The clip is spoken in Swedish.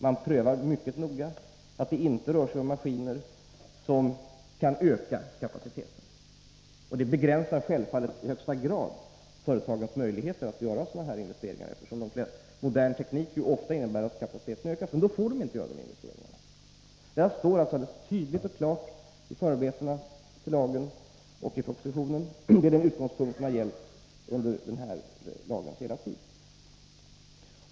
Man prövar mycket noga att ringari Sydafrika det inte rör sig om maskiner som kan öka kapaciteten. Detta begränsar självfallet i högsta grad företagens möjligheter att göra investeringar av det här slaget, eftersom modern teknik ju ofta innebär att kapaciteten ökar. Men då får de inte göra några investeringar. Det här står helt tydligt i förarbetena till lagen och i propositionen, och detta är den utgångspunkt som hela tiden har gällt.